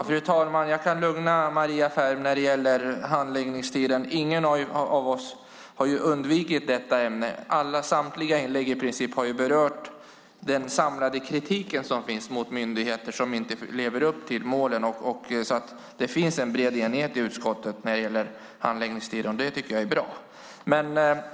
Fru talman! Jag kan lugna Maria Ferm när det gäller handläggningstiden. Ingen av oss har ju undvikit det ämnet. I princip samtliga inlägg har berört den samlade kritik som finns mot myndigheter som inte lever upp till målen. Det finns alltså en bred enighet i utskottet när det gäller handläggningstider, och det tycker jag är bra.